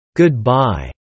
goodbye